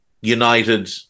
United